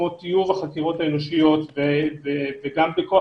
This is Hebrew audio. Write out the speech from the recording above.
כמו טיוב החקירות האנושיות וגם בכוח,